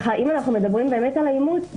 אם אנחנו מדברים באמת על האימוץ,